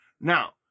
Now